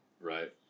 Right